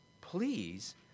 please